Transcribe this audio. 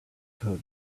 code